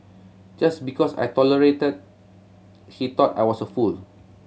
just because I tolerated he thought I was a fool